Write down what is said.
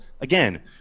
again